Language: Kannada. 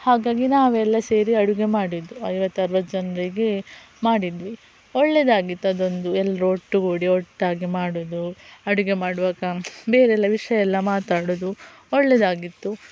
ಹಾಗಾಗಿ ನಾವೆಲ್ಲ ಸೇರಿ ಅಡುಗೆ ಮಾಡಿದ್ವು ಐವತ್ತು ಅರ್ವತ್ತು ಜನರಿಗೆ ಮಾಡಿದ್ವಿ ಒಳ್ಳೆದಾಗಿತ್ತು ಅದೊಂದು ಎಲ್ರೂ ಒಟ್ಟುಗೂಡಿ ಒಟ್ಟಾಗಿ ಮಾಡೋದು ಅಡುಗೆ ಮಾಡುವಾಗ ಬೇರೆಲ್ಲ ವಿಷಯ ಎಲ್ಲ ಮಾತಾಡೋದು ಒಳ್ಳೆದಾಗಿತ್ತು